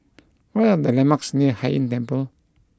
what are the landmarks near Hai Inn Temple